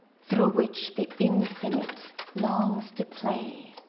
through which the infinite longs to play.